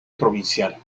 provincial